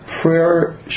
prayer